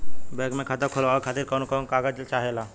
Bank मे खाता खोलवावे खातिर कवन कवन कागज चाहेला?